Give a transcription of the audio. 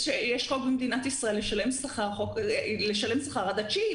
יש חוק במדינת ישראל לשלם שכר עד התשיעי.